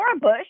Bush